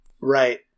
Right